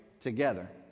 together